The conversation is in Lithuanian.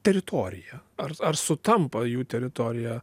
teritoriją ar ar sutampa jų teritorija